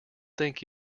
think